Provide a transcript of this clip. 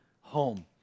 home